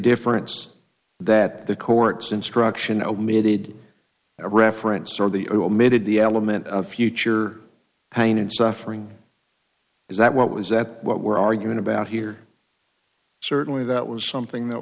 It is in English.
difference that the court's instruction omitted a reference or the omitted the element of future pain and suffering is that what was that what we're arguing about here certainly that was something that